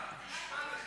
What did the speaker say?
תן לי